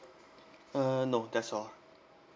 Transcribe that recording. uh no that's all